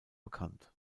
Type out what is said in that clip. bekannt